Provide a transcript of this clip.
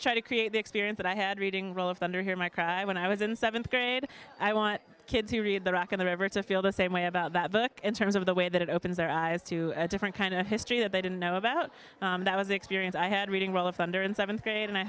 try to create the experience that i had reading roll of thunder hear my cry when i was in seventh grade i want kids who read the rack in the ever to feel the same way about that book in terms of the way that it opens their eyes to a different kind of history that they didn't know about that was the experience i had reading roll of thunder in seventh grade and i